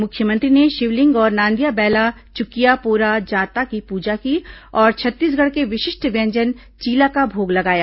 मुख्यमंत्री ने शिवलिंग और नांदिया बैला चुकिया पोरा जांता की पूजा की और छत्तीसगढ़ के विशिष्ट व्यंजन चीला का भोग लगाया